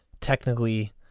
technically